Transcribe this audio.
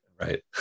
Right